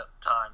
time